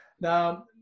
now